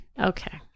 Okay